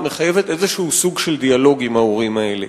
מחייבת איזה סוג של דיאלוג עם ההורים האלה,